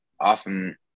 often